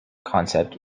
concept